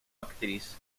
actriz